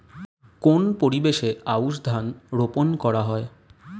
কোন পরিবেশে আউশ ধান রোপন করা হয়?